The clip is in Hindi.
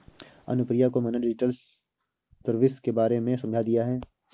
अनुप्रिया को मैंने डिजिटल सर्विस के बारे में समझा दिया है